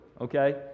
okay